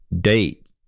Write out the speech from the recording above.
date